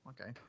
Okay